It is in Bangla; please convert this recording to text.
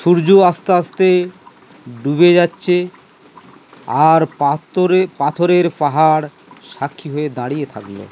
সূর্য আস্তে আস্তে ডুবে যাচ্ছে আর পাথরে পাথরের পাহাড় সাক্ষী হয়ে দাঁড়িয়ে থাকলো